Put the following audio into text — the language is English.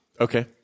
Okay